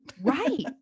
Right